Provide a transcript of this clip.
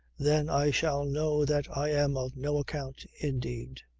then i shall know that i am of no account indeed!